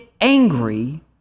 angry